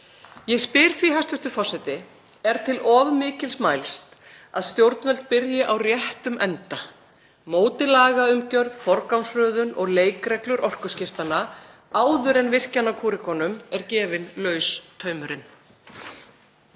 Ég spyr því, hæstv. forseti: Er til of mikils mælst að stjórnvöld byrji á réttum enda; móti lagaumgjörð, forgangsröðun og leikreglur orkuskiptanna áður en virkjanakúrekunum er gefinn laus taumurinn?